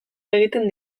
egiten